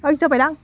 ओइ जाबायना